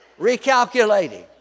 recalculating